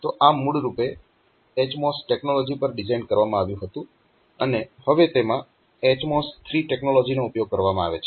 તો આ મૂળરૂપે HMOS ટેક્નોલોજી પર ડિઝાઇન કરવામાં આવ્યું હતું અને હવે તેમાં HMOS III ટેક્નોલોજીનો ઉપયોગ કરવામાં આવે છે